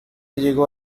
llegó